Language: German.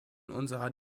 unserer